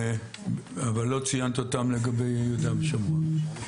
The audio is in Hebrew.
אבל לא ציינת אותם לגבי יהודה ושומרון.